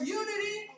unity